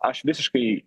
aš visiškai